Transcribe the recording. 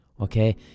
okay